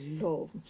love